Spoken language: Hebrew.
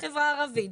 בחברה הערבית,